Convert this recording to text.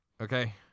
Okay